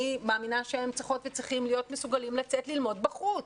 אני מאמינה שהן צריכות וצריכים להיות מסוגלים לצאת ללמוד בחוץ.